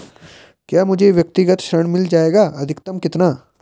क्या मुझे व्यक्तिगत ऋण मिल जायेगा अधिकतम कितना?